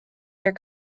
their